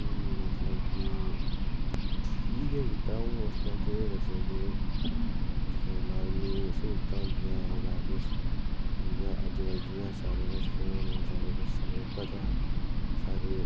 फ्ही मतलब कि ठीक गै कीत्ता आऊं उसलै केह् कर सकदे हे उसलै ना इन्नी स्हूलतां होंदियां ते ना किश अज्जकल जियां सारे कच्छ फोन न सारा किश सारें पता सारे